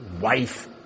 Wife